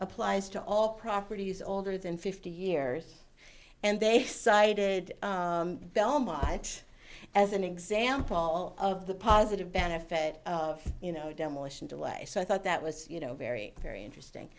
applies to all properties older than fifty years and they cited belmont as an example of the positive benefit of you know demolition delay so i thought that was you know very very interesting